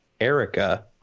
Erica